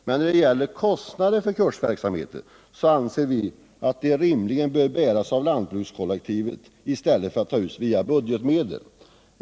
Men kostnaderna för kursverksamheten anser vi rimligen bör bäras av lantbrukarkollektivet i stället för att tas ut av budgetmedel.